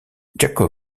jacob